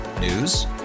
News